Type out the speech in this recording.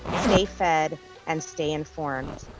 stay fed and stay informed.